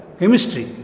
chemistry